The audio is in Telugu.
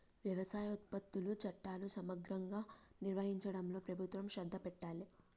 వ్యవసాయ ఉత్పత్తుల చట్టాలు సమగ్రంగా నిర్వహించడంలో ప్రభుత్వం శ్రద్ధ పెట్టాలె